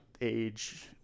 age